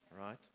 Right